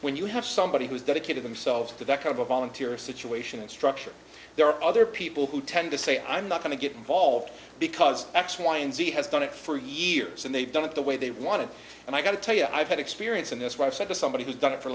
when you have somebody who's dedicated themselves to that kind of a volunteer situation and structure there are other people who tend to say i'm not going to get involved because x y and z has done it for years and they've done it the way they want to and i got to tell you i've had experience in this what i've said to somebody who's done it for